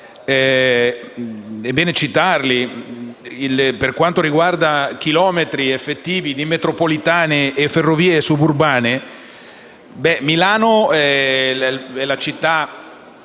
è bene citarli. Per quanto riguarda i chilometri effettivi di metropolitane e ferrovie suburbane, Milano è la città